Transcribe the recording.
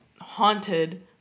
haunted